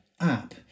app